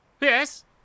Yes